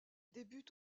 débute